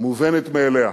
מובנת מאליה.